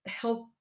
Help